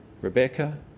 Rebecca